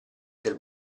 del